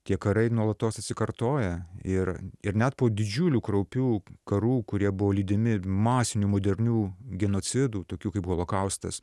tie karai nuolatos atsikartoja ir ir net po didžiulių kraupių karų kurie buvo lydimi masinių modernių genocidų tokių kaip holokaustas